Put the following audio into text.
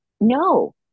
no